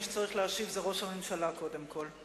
מי שצריך להשיב זה ראש הממשלה קודם כול.